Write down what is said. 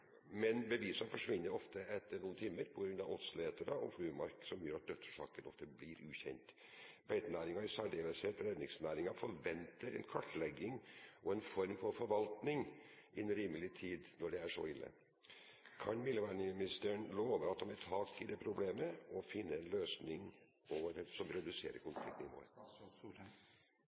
men bevisene forsvinner ofte etter noen timer, på grunn av åtseletere og fluemark, som gjør at dødsårsaken ofte forblir ukjent. Beitenæringen, i særdeleshet reindriftsnæringen, forventer en kartlegging og en form for forvaltning innen rimelig tid når det er så ille. Kan miljøvernministeren love å ta tak i det problemet og finne en løsning som reduserer konfliktnivået?